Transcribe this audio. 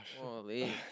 Holy